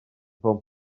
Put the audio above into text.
ffôn